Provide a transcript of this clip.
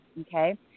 okay